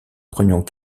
prenions